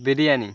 biryani